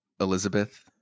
Elizabeth